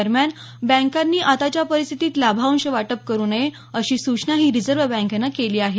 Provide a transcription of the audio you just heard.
दरम्यान बँकांनी आताच्या परिस्थितीत लाभांश वाटप करू नये अशी सूचनाही रिजर्व्ह बँकेनं केली आहे